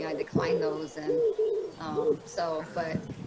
yeah declined those, and so, but,